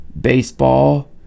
baseball